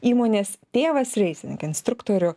įmonės tėvas racing instruktorių